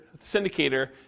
syndicator